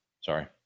Sorry